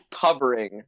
covering